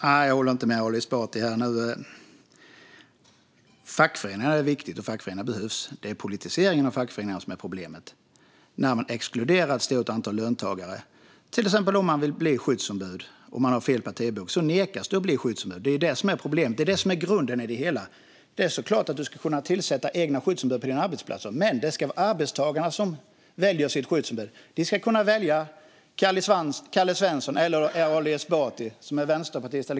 Herr talman! Nej, jag håller inte med Ali Esbati här. Fackföreningarna är viktiga och fackföreningarna behövs. Det är politiseringen av fackföreningarna som är problemet när man exkluderar ett stort antal löntagare. Om du till exempel vill bli skyddsombud och har fel partibok nekas du att bli skyddsombud. Det är det som är grunden till hela problemet. Det är klart att du ska kunna tillsätta egna skyddsombud på din arbetsplats, men det ska vara arbetstagarna som väljer sitt skyddsombud. De ska kunna välja Kalle Svensson, som är sverigedemokrat, eller Ali Esbati, som är vänsterpartist.